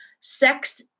sex